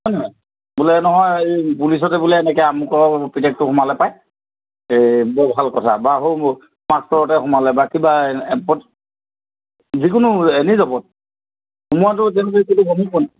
হয় নহয় বোলে নহয় এই পুলিচতে বোলে এনেকৈ আমুকৰ পিতেকটো সোমালে পায় বৰ ভাল কথা বা সেই মাষ্টৰ সোমালে বা কিবা যিকোনো এনি জবত সোমোৱাটো তেনেকৈ গমেই পোৱা নাই